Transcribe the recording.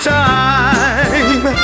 time